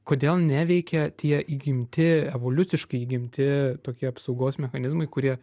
kodėl neveikia tie įgimti evoliuciškai įgimti tokie apsaugos mechanizmai kurie